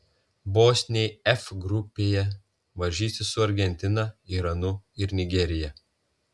bosniai f grupėje varžysis su argentina iranu ir nigerija